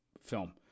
film